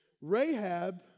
Rahab